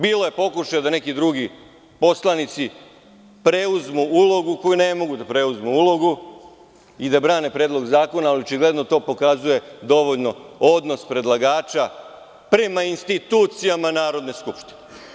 Bilo je pokušaja da neki drugi poslanici preuzmu ulogu koju ne mogu da preuzmu i da brane predlog zakona, ali očigledno to dovoljno pokazuje odnos predlagača prema institucijama Narodne skupštine.